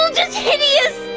um just hideous!